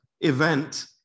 event